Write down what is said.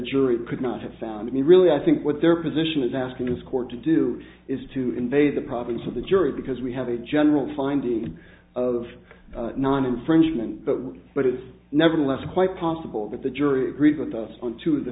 jury could not have found i mean really i think what their position is asking this court to do is to invade the province of the jury because we have a general finding of non infringement but but it is nevertheless quite possible that the jury agreed with us on to t